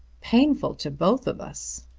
painful to both of us!